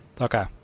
Okay